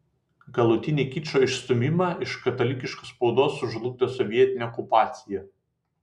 galutinį kičo išstūmimą iš katalikiškos spaudos sužlugdė sovietinė okupacija